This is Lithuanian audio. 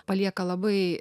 palieka labai